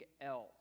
else